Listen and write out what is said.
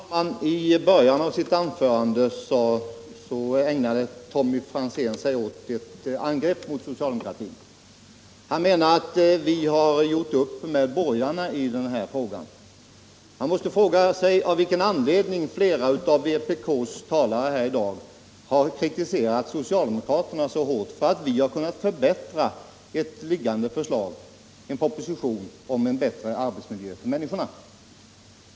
Herr talman! I början av sitt anförande ägnade sig Tommy Franzén åt ett angrepp mot socialdemokratin. Han menade att vi har gjort upp med borgarna i denna fråga. Man måste undra av vilken anledning flera av vpk:s talare här i dag har kritiserat socialdemokraterna så hårt för att vi har kunnat förbättra ett liggande förslag —- en proposition — om bättre arbetsmiljö för människorna.